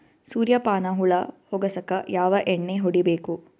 ಸುರ್ಯಪಾನ ಹುಳ ಹೊಗಸಕ ಯಾವ ಎಣ್ಣೆ ಹೊಡಿಬೇಕು?